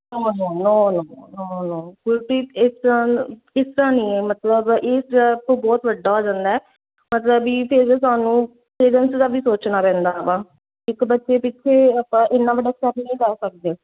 ਨੋ no no no no no Gurpreet ਇਸ ਤਰ੍ਹਾਂ ਇਸ ਤਰ੍ਹਾਂ ਨਹੀਂ ਹੈ ਮਤਲਬ ਇਹ ਸਟੈਪ ਬਹੁਤ ਵੱਡਾ ਹੋ ਜਾਂਦਾ ਮਤਲਬ ਵੀ ਫਿਰ ਸਾਨੂੰ ਪੇਰੈਂਟਸ ਦਾ ਵੀ ਸੋਚਣਾ ਪੈਂਦਾ ਵਾ ਇੱਕ ਬੱਚੇ ਪਿੱਛੇ ਆਪਾਂ ਇੰਨਾ ਵੱਡਾ ਸਟੈਪ ਨਹੀਂ ਲੈ ਸਕਦੇ